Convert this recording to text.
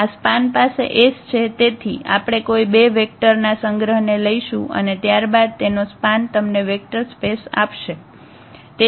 આ સ્પાન પાસે S છે તેથી આપણે કોઈ બે વેંકટર ના સંગ્રહને લઈશું અને ત્યારબાદ તેનો સ્પાન તમને વેક્ટર સ્પેસ આપશે